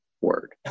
word